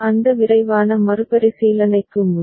அந்த விரைவான மறுபரிசீலனைக்கு முன்